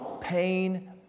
pain